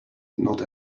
not